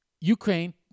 Ukraine